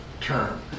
term